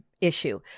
issue